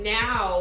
now